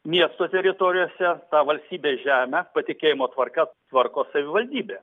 miesto teritorijose tą valstybės žemę patikėjimo tvarka tvarko savivaldybė